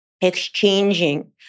exchanging